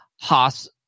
Haas